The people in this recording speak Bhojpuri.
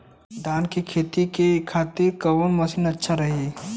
धान के खेती के खातिर कवन मशीन अच्छा रही?